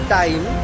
time